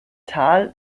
tal